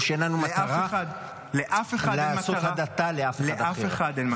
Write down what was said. כמו שאין לנו מטרה לעשות הדתה לאף אחד אחר -- לאף אחד אין מטרה.